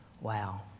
Wow